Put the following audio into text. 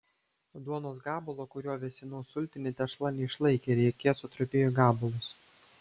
duonos gabalo kuriuo vėsinau sultinį tešla neišlaikė ir riekė sutrupėjo į gabalus